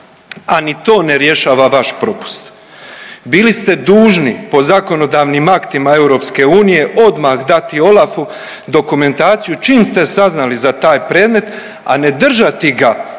a ni to ne rješava vaš propust. Bili ste dužni po zakonodavnim aktima EU odmah dati OLAF-u dokumentaciju čim ste saznali za taj predmet, a ne držati ga 13